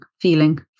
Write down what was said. feeling